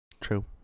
True